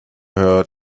her